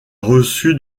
reçu